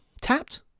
tapped